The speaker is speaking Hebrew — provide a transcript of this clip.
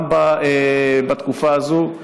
גם בתקופה הזאת.